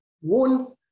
one